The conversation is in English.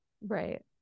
right